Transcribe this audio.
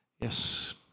Yes